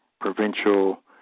provincial